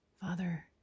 Father